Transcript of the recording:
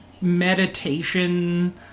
meditation